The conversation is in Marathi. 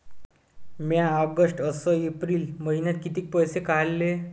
म्या ऑगस्ट अस एप्रिल मइन्यात कितीक पैसे काढले?